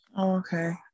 Okay